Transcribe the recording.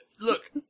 Look